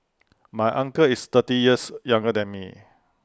my uncle is thirty years younger than me